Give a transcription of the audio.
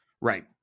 right